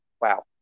Wow